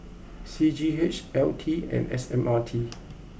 C G H L T and S M R T